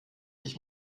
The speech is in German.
ich